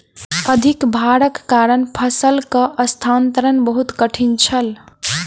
अधिक भारक कारण फसिलक स्थानांतरण बहुत कठिन छल